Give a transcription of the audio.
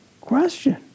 question